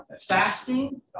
fasting